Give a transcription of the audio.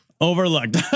overlooked